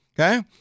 Okay